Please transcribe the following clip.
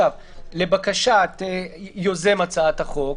לבקשת יוזם הצעת החוק,